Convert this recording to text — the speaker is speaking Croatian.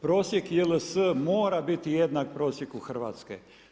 Prosjek JLS, mora biti jednak prosjeku Hrvatske.